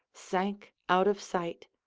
sank out of sight,